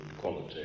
quality